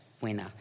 winner